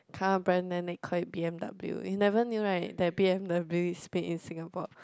car brand then they call it B_M_W you never knew right that B_M_W is made in Singapore